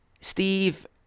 Steve